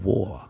War